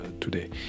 today